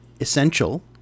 essential